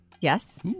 Yes